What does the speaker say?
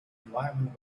environment